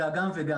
אלא גם וגם,